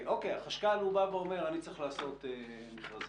אוקיי, החשכ"ל בא ואומר: אני צריך לעשות מכרז.